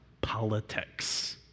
politics